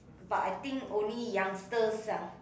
but I think only youngsters ah